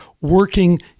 working